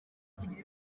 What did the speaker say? kugira